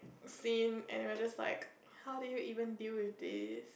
seen and we were just like how do you even deal with this